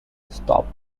stopped